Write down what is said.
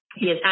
Yes